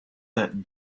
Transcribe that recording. that